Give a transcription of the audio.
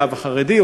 האב החרדי,